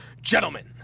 Gentlemen